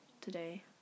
today